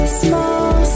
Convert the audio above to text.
small